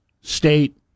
state